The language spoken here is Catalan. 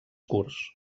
curts